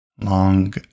long